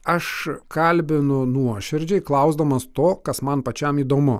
aš kalbinu nuoširdžiai klausdamas to kas man pačiam įdomu